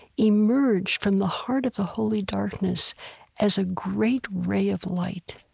emerged from the heart of the holy darkness as a great ray of light.